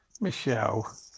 Michelle